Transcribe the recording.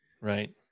Right